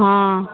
हँ